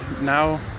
now